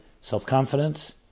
self-confidence